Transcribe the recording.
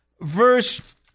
verse